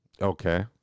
Okay